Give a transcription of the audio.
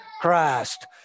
Christ